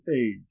age